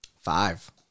Five